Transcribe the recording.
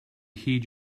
heed